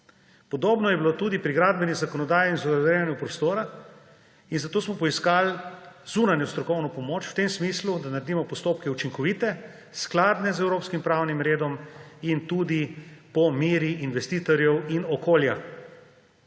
Podobno je bilo tudi pri gradbeni zakonodaji in urejanju prostora, zato smo poiskali zunanjo strokovno pomoč v tem smislu, da naredimo postopke učinkovite, skladne z evropskim pravnim redom in tudi po meri investitorjev in okolja,